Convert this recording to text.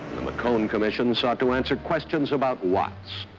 the mccone commission sought to answer questions about watts.